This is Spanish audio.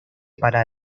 para